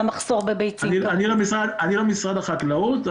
אני לא ממשרד החקלאות,